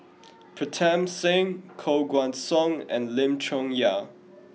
Pritam Singh Koh Guan Song and Lim Chong Yah